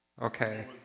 Okay